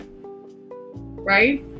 Right